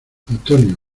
antonio